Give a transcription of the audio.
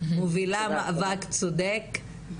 מובילה מאבק צודק,.